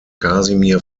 kasimir